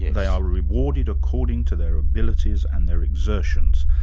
yeah they are rewarded according to their abilities and their exertions,